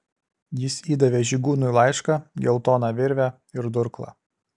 jis įdavė žygūnui laišką geltoną virvę ir durklą